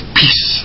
peace